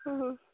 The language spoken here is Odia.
ହଁ ହଁ